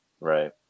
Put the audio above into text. Right